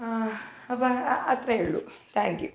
അപ്പം അത്രേയുള്ളു thank you